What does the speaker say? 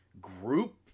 group